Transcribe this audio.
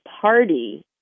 party